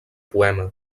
poema